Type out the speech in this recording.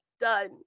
Done